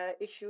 issue